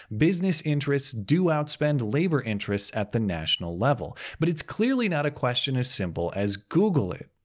business interest do outspend labour interest at the national level. but it's clearly not a question as simple, as google it.